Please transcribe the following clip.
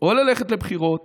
או ללכת לבחירות